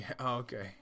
okay